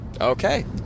Okay